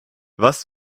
was